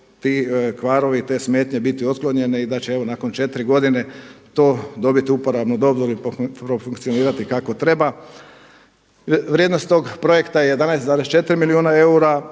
ti kvarovi, te smetnje biti otklonjene i da će evo nakon četiri godine to dobiti uporabnu dozvolu i profunkcionirati kako treba. Vrijednost tog projekta je 11,4 milijuna eura,